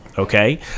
Okay